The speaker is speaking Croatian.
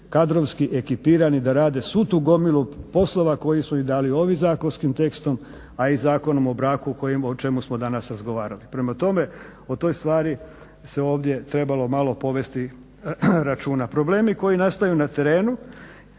kadrovski ekipirani da rade svu tu gomilu poslova koji smo im dali ovim zakonskim testom, a i Zakonom o braku o čemu smo danas razgovarali. Prema tome o toj stvari se ovdje trebalo malo povesti računa. Problemi koji nastaju na terenu